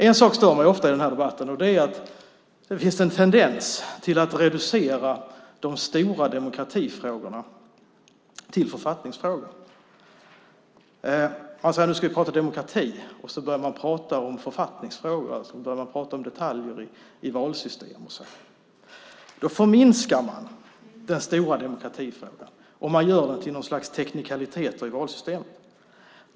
En sak stör mig ofta i denna debatt. Det är att det finns en tendens till att reducera de stora demokratifrågorna till författningsfrågor. När man ska tala demokrati börjar man tala om författningsfrågor som detaljer i valsystem och så vidare. Man förminskar den stora demokratifrågan om man gör den till något slags teknikaliteter i valsystemet.